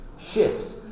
shift